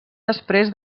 després